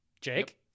Jake